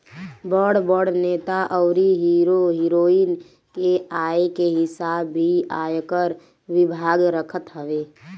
बड़ बड़ नेता अउरी हीरो हिरोइन के आय के हिसाब भी आयकर विभाग रखत हवे